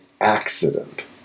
accident